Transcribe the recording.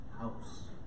house